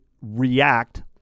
react